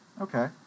Okay